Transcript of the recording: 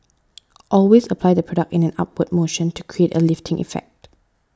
always apply the product in an upward motion to create a lifting effect